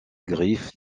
griffes